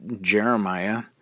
Jeremiah